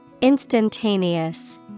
Instantaneous